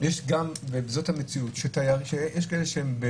יש כאלה שהם